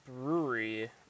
brewery